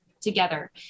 together